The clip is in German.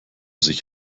sich